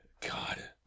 God